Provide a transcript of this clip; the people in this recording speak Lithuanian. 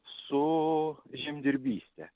su žemdirbyste